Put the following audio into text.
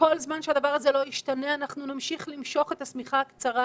כל זמן שהדבר הזה לא ישתנה אנחנו נמשיך למשוך את השמיכה הקצרה,